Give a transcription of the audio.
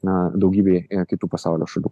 na daugybei kitų pasaulio šalių